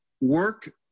work